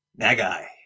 Nagai